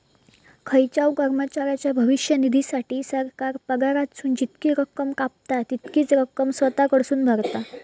खायच्याव कर्मचाऱ्याच्या भविष्य निधीसाठी, सरकार पगारातसून जितकी रक्कम कापता, तितकीच रक्कम स्वतः कडसून भरता